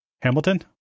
Hamilton